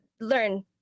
learn